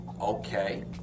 Okay